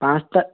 ପାଞ୍ଚ ତା